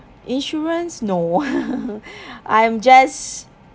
insurance no I'm just